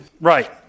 Right